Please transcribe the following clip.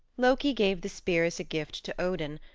loki gave the spear as a gift to odin,